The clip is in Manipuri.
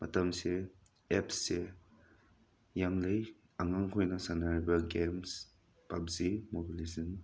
ꯃꯇꯝꯁꯦ ꯑꯦꯞꯁꯦ ꯌꯥꯝ ꯂꯩ ꯑꯉꯥꯡꯈꯣꯏꯅ ꯁꯥꯟꯅꯔꯤꯕ ꯒꯦꯝꯁ ꯄꯞꯖꯤ ꯃꯣꯕꯥꯏꯜ ꯂꯤꯖꯦꯟ